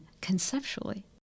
conceptually